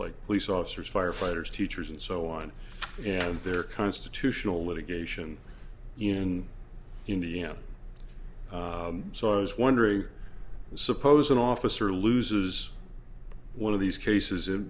like police officers firefighters teachers and so on and their constitutional litigation in india so i was wondering suppose an officer loses one of these cases